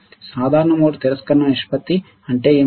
సాధారణ మోడ్ తిరస్కరణ నిష్పత్తి అంటే ఏమిటి